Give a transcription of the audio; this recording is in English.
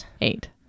Eight